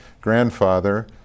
grandfather